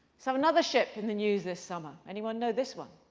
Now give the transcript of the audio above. so another ship in the news this summer. anyone know this one?